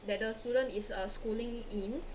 that the student is uh schooling in